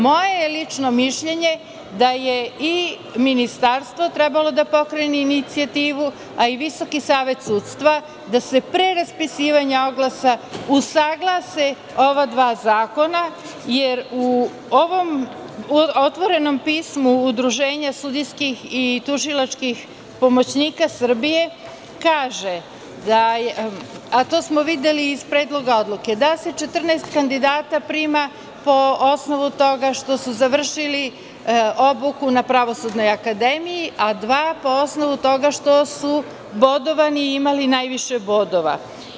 Moje lično mišljenje da je i Ministarstvo trebalo da pokrene inicijativu, a i Visoki savet sudstva, da se pre raspisivanja oglasa usaglase ova dva zakona, jer u ovom otvorenom pismu Udruženja sudijskih i tužilačkih pomoćnika Srbije, kaže, a to smo videli iz Predloga odluke, da se 14 kandidata prima po osnovu toga što su završili obuku na Pravosudnoj akademiji, a dva po osnovu toga što su bodovani i imali najviše bodova.